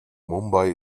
mumbai